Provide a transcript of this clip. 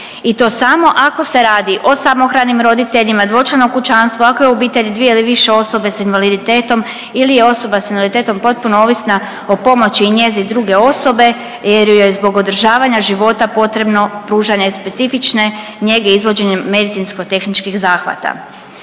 i to samo ako se radi o samohranim roditeljima, dvočlanom kućanstvu, ako je u obitelju 2 ili više osoba s invaliditetom ili je osoba s invaliditetom potpuno ovisna o pomoći i njezi druge osobe jer joj je zbog održavanja života potrebno pružanje specifične njege izvođenjem medicinsko tehničkih zahvata,